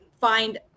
find